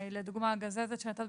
הרי הגזזת למשל הייתה